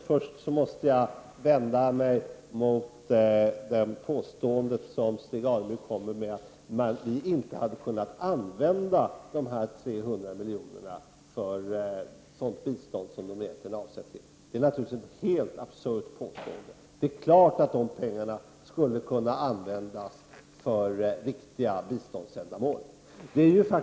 Fru talman! Jag vänder mig först mot Stig Alemyrs påstående om att vi inte hade kunnat använda dessa 300 milj.kr. för sådant bistånd som de egentligen är avsedda för. Detta är naturligtvis ett helt absurt påstående. Det är klart att dessa pengar skulle kunna användas för ”riktiga” biståndsändamål.